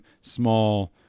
small